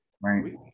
right